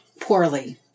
poorly